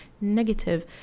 negative